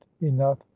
enough